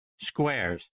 squares